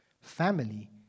Family